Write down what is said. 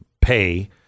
pay